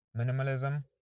Minimalism